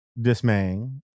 dismaying